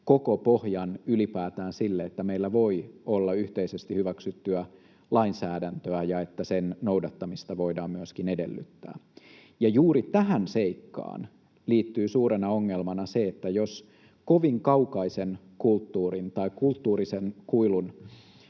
koko pohjan ylipäätään sille, että meillä voi olla yhteisesti hyväksyttyä lainsäädäntöä ja että sen noudattamista voidaan myöskin edellyttää. Juuri tähän seikkaan liittyy suurena ongelmana se, että jos kovin kaukaisen kulttuurin tai kulttuurisen kuilun